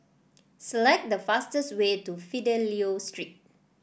select the fastest way to Fidelio Street